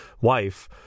wife